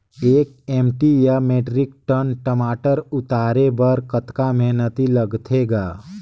एक एम.टी या metric ton टमाटर उतारे बर कतका मेहनती लगथे ग?